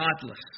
Godless